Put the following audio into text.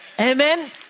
Amen